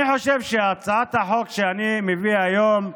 אני חושב שהצעת החוק שאני מביא היום,